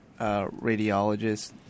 radiologist